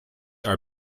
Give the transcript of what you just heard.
are